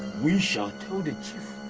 we shall tell the chief.